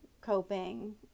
coping